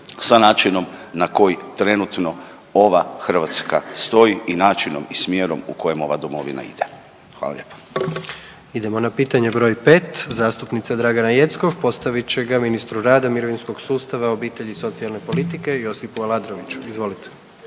sa načinom na koji trenutno ova Hrvatska stoji i načinom i smjerom u kojem ova domovina ide. Hvala lijepa. **Jandroković, Gordan (HDZ)** Idemo na pitanje broj 5, zastupnica / zastupnik Dragana Jeckov postavit će ga ministru rada, mirovinskog sustava, obitelji i socijalne politike Josipu Alandroviću, izvolite.